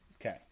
okay